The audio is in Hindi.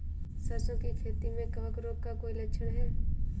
सरसों की खेती में कवक रोग का कोई लक्षण है?